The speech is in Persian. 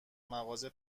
مغازه